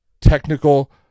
technical